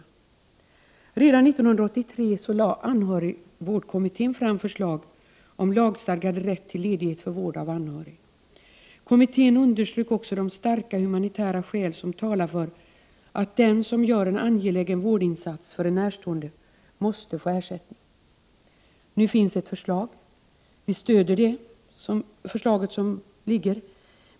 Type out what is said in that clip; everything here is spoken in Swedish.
Redan 1983 lade anhörigvårdkommittén fram förslag om lagstadgad rätt till ledighet för vård av anhörig. Kommittén underströk också de starka humanitära skäl som talar för att den som gör en angelägen vårdinsats för en närstående måste få ersättning. Nu finns det ett förslag, och vi i centerpartiet stöder det.